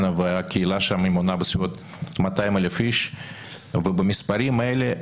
והקהילה שם מונה בסביבות 200,000 איש ובמספרים האלה,